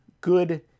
good